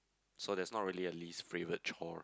so that's not really a least favourite chore